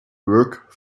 work